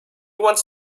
wants